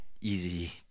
easy